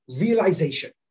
realization